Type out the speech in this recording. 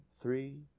three